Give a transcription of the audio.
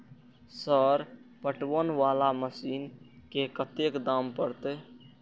Sir पटवन वाला machine के कतेक दाम परतें?